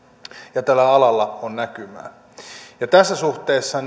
ja tällä alalla on näkymää ja tässähän suhteessa